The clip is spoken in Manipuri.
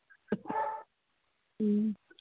ꯎꯝ